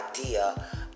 idea